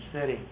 city